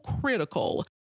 critical